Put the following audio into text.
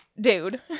dude